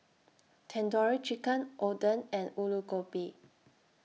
Tandoori Chicken Oden and Alu Gobi